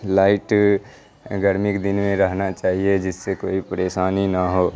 light گرمی کے دن میں رہنا چاہیے جس سے کوئی پریشانی نہ ہو